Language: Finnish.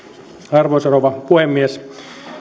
arvoisa rouva puhemies